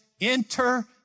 enter